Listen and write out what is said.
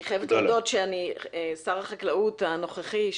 אני חייבת להודות ששר החקלאות הנוכחי,